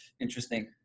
interesting